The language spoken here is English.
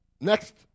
Next